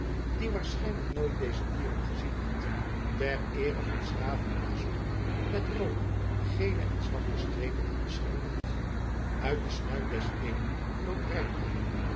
die waarschijnlijk nooit deze dieren gezien had ter eere van s graven blazoen met roode gele en zwarte strepen had beschilderd uit den snuit des eenen vloot